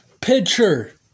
pitcher